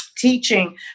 teaching